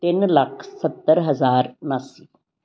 ਤਿੰਨ ਲੱਖ ਸੱਤਰ ਹਜ਼ਾਰ ਉਨਾਸੀ